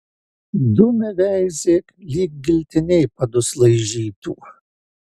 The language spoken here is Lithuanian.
dumia veizėk lyg giltinė padus laižytų